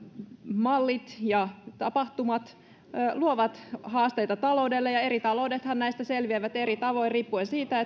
mallit ja tapahtumat luovat haasteita taloudelle ja eri taloudethan näistä selviävät eri tavoin riippuen siitä